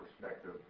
perspective